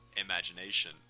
imagination